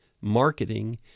Marketing